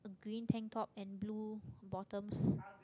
green tank top and blue bottoms